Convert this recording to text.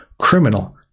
Criminal